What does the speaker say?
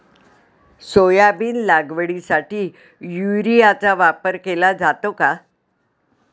Soybean लागवडीसाठी युरियाचा वापर केला जातो का?